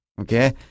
Okay